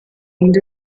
und